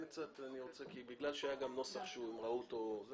נוסח שהם ראו אותו.